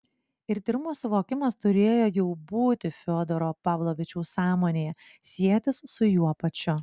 ir tyrumo suvokimas turėjo jau būti fiodoro pavlovičiaus sąmonėje sietis su juo pačiu